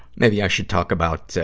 maybe i should talk about, ah,